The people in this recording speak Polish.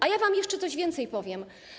A ja wam jeszcze coś więcej powiem.